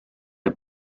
der